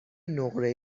نقره